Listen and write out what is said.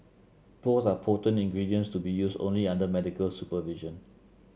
both are potent ingredients to be used only under medical supervision